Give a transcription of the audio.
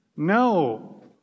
No